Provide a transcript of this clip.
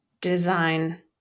design